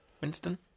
Winston